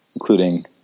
including